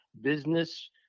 business